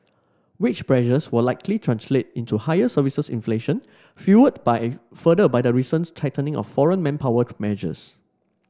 wage pressures will likely translate into higher services inflation fuelled by further by the recent tightening of foreign manpower measures